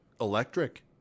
electric